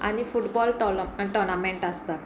आनी football tournament आसतात